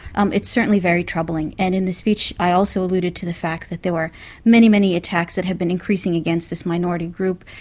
um it's certainly very troubling, and in the speech i also alluded to the fact that there were many, many attacks that had been increasing against this minority group.